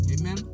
amen